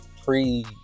pre